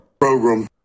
Program